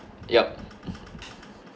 yup